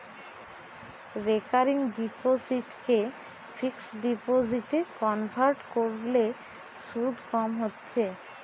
recurring ডিপোসিটকে fixed ডিপোজিটে convert কোরলে শুধ কম হচ্ছে